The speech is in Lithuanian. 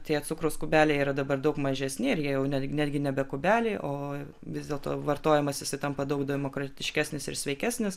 tie cukraus kubeliai yra dabar daug mažesni ir jie jau ne tik netgi nebe kubeliai o vis dėlto vartojamas jisai tampa daug demokratiškesnis ir sveikesnis